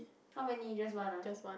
how many just one ah